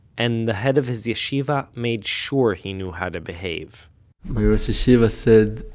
and the head of his yeshiva made sure he knew how to behave my rosh yeshiva said,